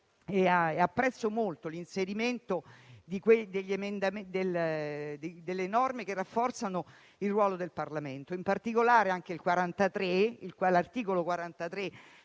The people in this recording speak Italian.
Apprezzo molto l'inserimento delle norme che rafforzano il ruolo del Parlamento. Mi riferisco, in particolare, all'articolo 43